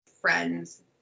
friends